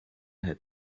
had